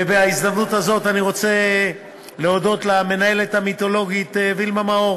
ובהזדמנות הזאת אני רוצה להודות למנהלת המיתולוגית וילמה מאור